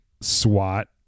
SWAT